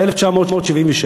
1977,